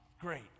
great